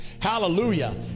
Hallelujah